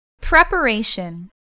Preparation